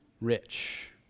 rich